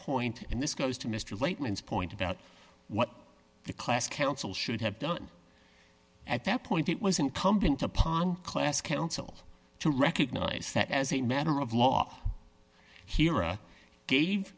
point and this goes to mr late man's point about what the class council should have done at that point it was incumbent upon class counsel to recognize that as a matter of law here a gave